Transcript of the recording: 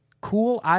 Cool